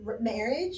marriage